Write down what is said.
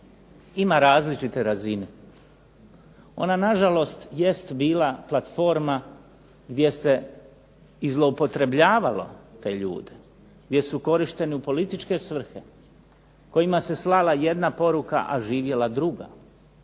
ima različite razine. Ona nažalost jest bila platforma gdje se i zloupotrebljavalo te ljude, gdje su korišteni u političke svrhe, kojima se slala jedna poruka, a živjela druga,